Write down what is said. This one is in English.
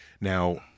Now